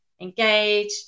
engage